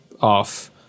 off